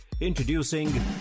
Introducing